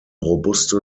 robuste